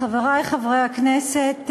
חברי חברי הכנסת,